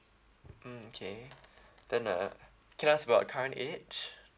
mm K then uh can I ask about current age